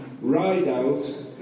Rideout